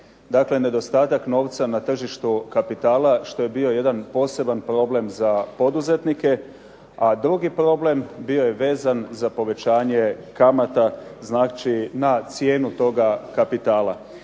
Dakle, nedostatak novca na tržištu kapitala što je bio jedan poseban problem za poduzetnike. A drugi problem bio je vezan za povećanje kamata, znači na cijenu toga kapitala.